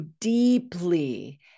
deeply